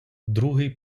другий